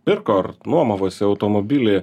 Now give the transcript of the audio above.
pirko ar nuomavosi automobilį